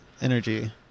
Energy